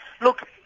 look